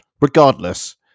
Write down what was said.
Regardless